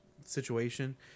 situation